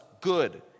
good